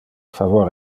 favor